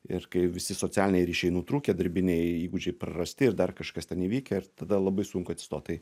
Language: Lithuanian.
ir kai visi socialiniai ryšiai nutrūkę darbiniai įgūdžiai prarasti ir dar kažkas ten įvykę ir tada labai sunku atsistot tai